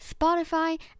Spotify